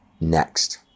next